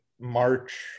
March